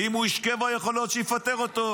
ואם הוא איש קבע, יכול להיות שהוא יפטר אותו,